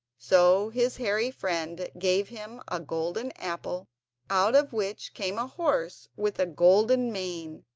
so his hairy friend gave him a golden apple out of which came a horse with a golden mane,